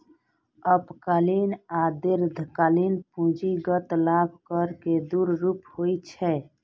अल्पकालिक आ दीर्घकालिक पूंजीगत लाभ कर के दू रूप होइ छै